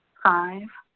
five,